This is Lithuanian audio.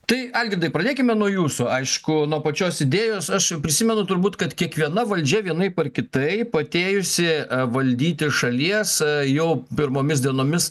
tai algirdai pradėkime nuo jūsų aišku nuo pačios idėjos aš prisimenu turbūt kad kiekviena valdžia vienaip ar kitaip atėjusi valdyti šalies jau pirmomis dienomis